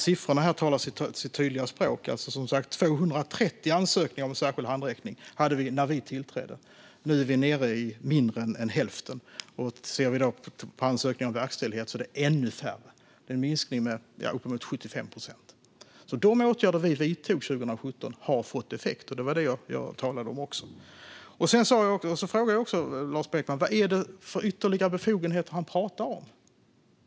Siffrorna talar sitt tydliga språk: När vi tillträdde hade vi 230 ansökningar om särskild handräckning, nu är vi nere i mindre än hälften. När det gäller ansökningar om verkställighet är det ännu färre, en minskning med uppemot 75 procent. De åtgärder vi vidtog 2017 har alltså fått effekt, och det var även det jag talade om. Jag frågade också Lars Beckman vilka ytterligare befogenheter han talar om.